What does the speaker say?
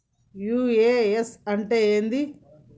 UAN అంటే ఏంది?